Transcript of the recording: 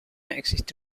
existe